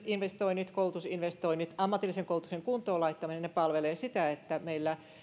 investoinnit koulutusinvestoinnit ja ammatillisen koulutuksen kuntoon laittaminen palvelevat sitä että meillä myös